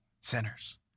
sinners